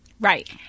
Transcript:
right